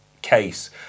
case